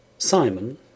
Simon